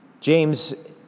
James